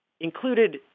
Included